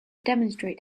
demonstrate